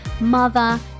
mother